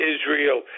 Israel